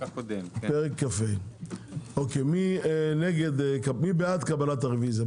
מי בעד קבלת הרביזיה?